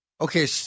Okay